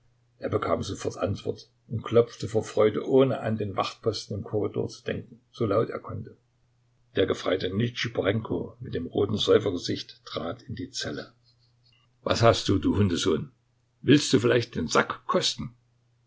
er bekam sofort antwort und klopfte vor freude ohne an den wachtposten im korridor zu denken so laut er konnte der gefreite nitschiporenko mit dem roten säufergesicht trat in die zelle was hast du du hundesohn willst du vielleicht den sack kosten